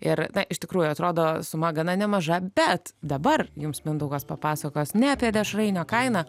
ir iš tikrųjų atrodo suma gana nemaža bet dabar jums mindaugas papasakos ne apie dešrainio kainą